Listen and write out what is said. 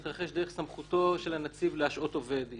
מתרחש דרך סמכותו של הנציב להשעות עובד.